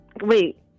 Wait